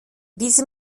diesem